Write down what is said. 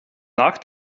nach